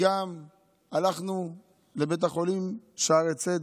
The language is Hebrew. הלכנו לבית החולים שערי צדק.